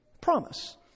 promise